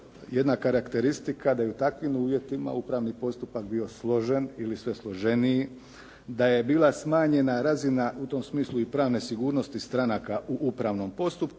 jedna karakteristika da je u takvim uvjetima upravni postupak bio složen ili sve složeniji, da je bila smanjena razina u tom smislu i pravne sigurnosti stanaka u upravnom postupku,